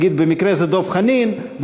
במקרה זה דב חנין,